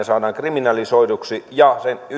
saadaan kriminalisoiduiksi ja